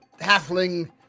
halfling